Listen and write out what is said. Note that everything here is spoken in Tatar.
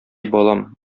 балам